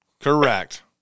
Correct